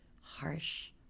harsh